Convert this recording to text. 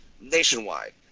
nationwide